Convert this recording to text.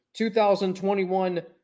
2021